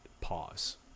pause